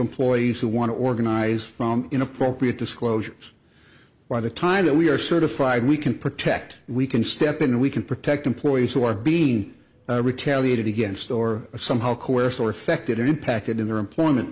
employees who want to organize found in appropriate disclosures by the time that we are certified we can protect we can step in we can protect employees who are being retaliated against or somehow coerced or affected or impacted in their employment